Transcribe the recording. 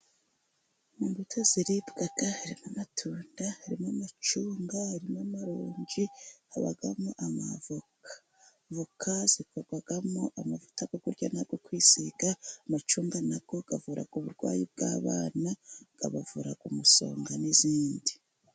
Mu mbuto ziribwa hari amatunda, harimo amacunga, harimo amaronji, habamo amavoka. Voka zikorwamo amavutarya yo kurya n'ayo kwisiga, n'amacunga na yo avura uburwayi bw'abana, abavura umusonga n'izindi.